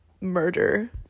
murder